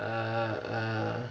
uh uh